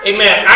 Amen